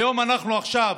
היום, עכשיו,